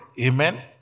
Amen